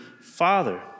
Father